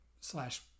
slash